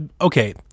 okay